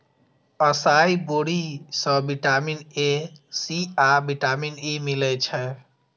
असाई बेरी सं vitamin A, C आ विटामिन ई मिलै छै